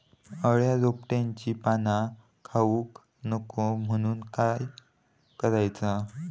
अळ्या रोपट्यांची पाना खाऊक नको म्हणून काय करायचा?